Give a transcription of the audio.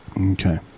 Okay